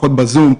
לפחות בזום.